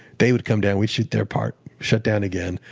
they would come down, we'd shoot their part. shut down again,